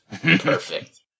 Perfect